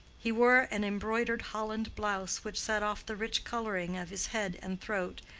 he wore an embroidered holland blouse which set off the rich coloring of his head and throat,